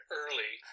early